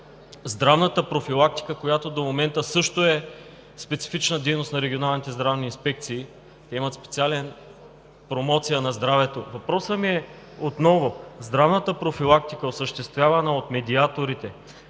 здравната профилактика, която също е специфична дейност на регионалните здравни инспекции – те имат специална програма за промоция на здравето, и въпросът ми отново е: здравната профилактика, осъществявана от медиаторите